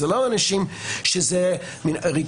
אלו לא אנשים של ריכוזיות.